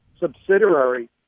subsidiary